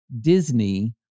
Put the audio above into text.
Disney